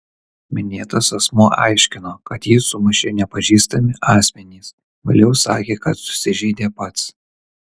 minėtas asmuo aiškino kad jį sumušė nepažįstami asmenys vėliau sakė kad susižeidė pats